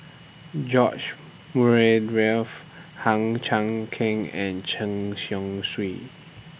George Murray Reith Hang Chang Chieh and Chen Chong Swee